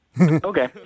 Okay